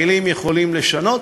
מילים אפשר לשנות,